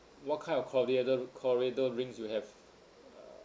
what kind of cordi~ cordial drinks you have